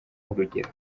urugero